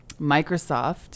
Microsoft